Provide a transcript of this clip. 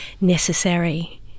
necessary